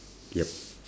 yup